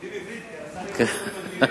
הם יודעים עברית, כי הרס"רים לא יודעים אנגלית.